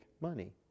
money